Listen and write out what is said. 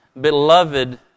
beloved